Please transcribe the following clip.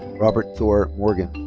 robert thor morgan.